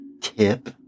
Tip